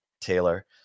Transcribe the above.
Taylor